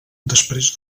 després